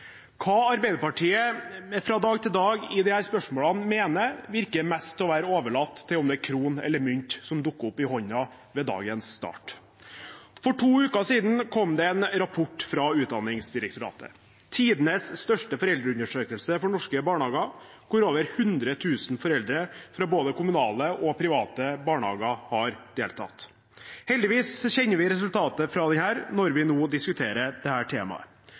Hva Arbeiderpartiet fra dag til dag i disse spørsmålene mener, virker mest å være overlatt til om det er krone eller mynt som dukker opp i hånden ved dagens start. For to uker siden kom det en rapport fra Utdanningsdirektoratet. Tidenes største foreldreundersøkelse for norske barnehager, hvor over 100 000 foreldre, fra både kommunale og private barnehager, har deltatt. Heldigvis kjenner vi resultatet fra denne når vi nå diskuterer dette temaet.